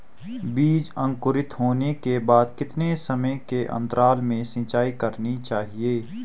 बीज अंकुरित होने के बाद कितने समय के अंतराल में सिंचाई करनी चाहिए?